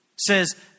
says